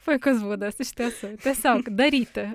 puikus būdas iš tiesų tiesiog daryti